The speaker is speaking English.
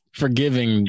forgiving